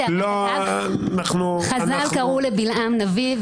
לומר שחז"ל קראו לבלעם נביא,